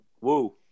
Woo